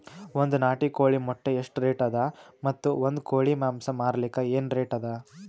ಒಂದ್ ನಾಟಿ ಕೋಳಿ ಮೊಟ್ಟೆ ಎಷ್ಟ ರೇಟ್ ಅದ ಮತ್ತು ಒಂದ್ ಕೋಳಿ ಮಾಂಸ ಮಾರಲಿಕ ಏನ ರೇಟ್ ಅದ?